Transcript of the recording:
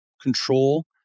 control